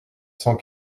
cent